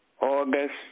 August